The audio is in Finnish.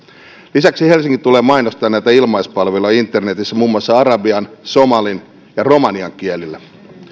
lisäksi helsinki tulee mainostamaan näitä ilmaispalveluja internetissä muun muassa arabian somalin ja romanian kielillä